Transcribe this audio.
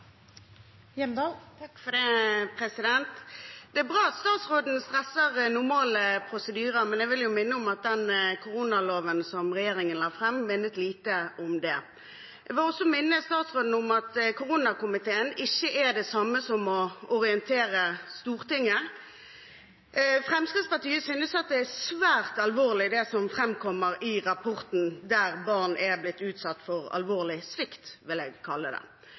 Hjemdal – til oppfølgingsspørsmål. Det er bra at statsråden stresser normale prosedyrer, men jeg vil minne om at den koronaloven som regjeringen la fram, minnet lite om det. Jeg vil også minne statsråden om at koronakomiteen ikke er det samme som å orientere Stortinget. Fremskrittspartiet synes det er svært alvorlig, det som fremkommer i rapporten om at barn er blitt utsatt for alvorlig svikt, som jeg vil kalle det.